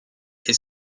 est